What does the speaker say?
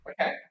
Okay